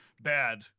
bad